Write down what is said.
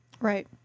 Right